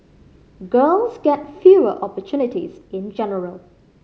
girls get fewer opportunities in general